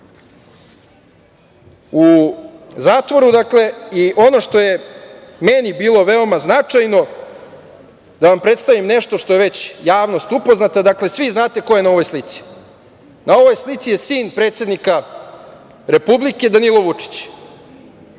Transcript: u zatvoru.I ono što je meni bilo veoma značajno da vam predstavim nešto što je već javnost upoznata, dakle, svi znate ko je na ovoj slici. Na ovoj slici je sin predsednika Republike, Danilo Vučić.